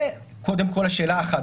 זה קודם כול שאלה אחת,